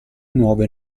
nuove